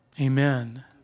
Amen